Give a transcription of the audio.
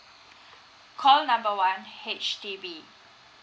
call number one H_D_B